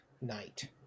night